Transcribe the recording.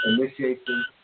Initiation